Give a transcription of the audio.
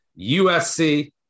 USC